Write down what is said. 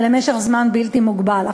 ולמשך זמן בלתי מוגבל.